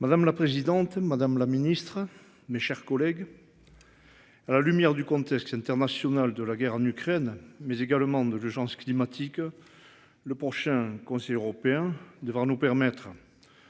Madame la présidente, madame la Ministre, mes chers collègues. À la lumière du contexte international de la guerre en Ukraine mais également de l'urgence climatique. Le prochain conseil européen devant nous permettre.